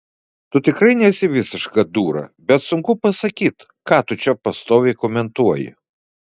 tu tikrai nesi visiška dūra bet sunku pasakyt ką tu čia pastoviai komentuoji